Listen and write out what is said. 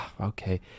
okay